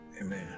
Amen